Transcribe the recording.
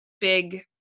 big